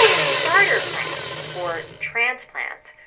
starter plants, or transplants,